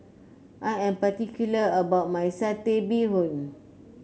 I am particular about my Satay Bee Hoon